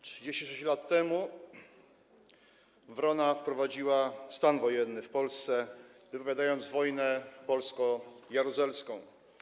36 lat temu WRON-a wprowadziła stan wojenny w Polsce, wypowiadając wojnę polsko-jaruzelską.